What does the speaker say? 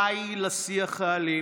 די לשיח האלים,